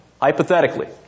hypothetically